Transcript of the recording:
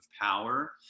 power